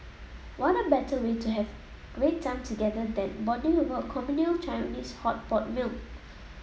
what better way to have great time together than bonding over a communal Japanese hot pot meal